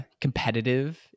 competitive